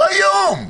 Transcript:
לא היום.